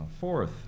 Fourth